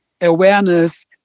awareness